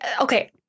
Okay